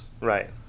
right